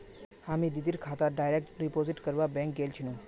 हामी दीदीर खातात डायरेक्ट डिपॉजिट करवा बैंक गेल छिनु